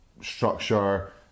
structure